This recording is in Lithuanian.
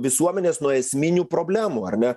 visuomenės nuo esminių problemų ar ne